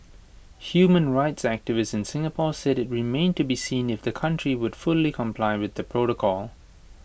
human rights activists in Singapore said IT remained to be seen if the country would fully comply with the protocol